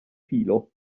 filo